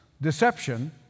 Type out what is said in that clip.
deception